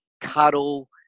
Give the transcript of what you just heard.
cuddle